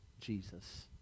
Jesus